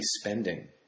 spending